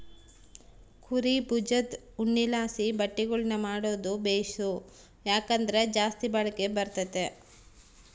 ಕುರೀ ಬುಜದ್ ಉಣ್ಣೆಲಾಸಿ ಬಟ್ಟೆಗುಳ್ನ ಮಾಡಾದು ಬೇಸು, ಯಾಕಂದ್ರ ಜಾಸ್ತಿ ಬಾಳಿಕೆ ಬರ್ತತೆ